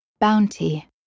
Bounty